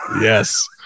yes